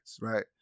right